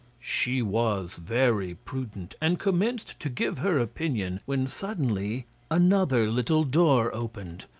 she was very prudent and commenced to give her opinion when suddenly another little door opened.